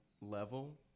level